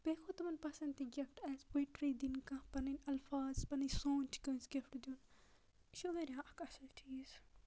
بیٚیہِ کھوٚتہٕ تِمَن پَسَنٛد تہِ گفٹ کیاز پویٹری دِنۍ کانٛہہ پَنِنۍ الفاظ پَنِنۍ سونٛچ کٲنٛسہِ گفٹ دیُن یہِ چھُ واریاہ اکھ اصل چیٖز